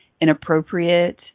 inappropriate